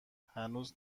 هنوز